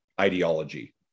ideology